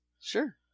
sure